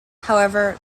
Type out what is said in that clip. however